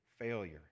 failure